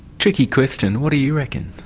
tricky question. what do you reckon?